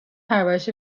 پرورش